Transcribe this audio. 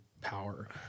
power